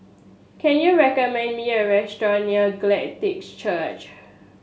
can you recommend me a restaurant near Glad Tidings Church